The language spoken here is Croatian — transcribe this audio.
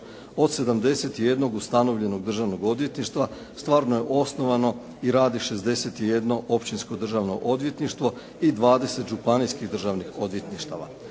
Od 71 ustanovljenog državnog odvjetništva stvarno je osnovano i radi 61 općinsko državno odvjetništvo i 20 županijskih državnih odvjetništava.